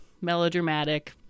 melodramatic